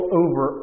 over